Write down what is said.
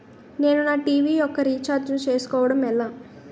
నేను నా టీ.వీ యెక్క రీఛార్జ్ ను చేసుకోవడం ఎలా?